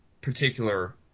particular